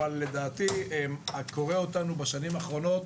אבל לדעתי הקורה אותנו בשנים האחרונות